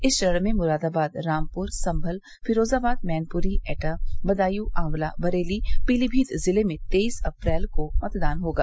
इस चरण में मुरादाबाद रामपुर सम्मल फिरोजाबाद मैनपुरी एटा बदायूं आंवला बरेली पीलीमीत जिले में तेईस अप्रैल को मतदान होगा